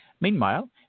Meanwhile